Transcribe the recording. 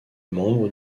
membre